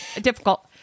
difficult